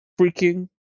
freaking